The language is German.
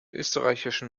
österreichischen